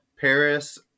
paris